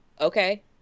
Okay